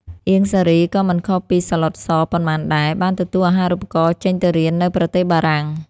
អៀង សារី ក៏មិនខុសពី សាឡុត ស ប៉ុន្មានដែរ បានទទួលអាហារូបករណ៍ចេញទៅរៀននៅប្រទេសបារាំង។